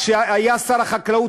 כשהיה שר החקלאות,